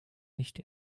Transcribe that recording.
nicht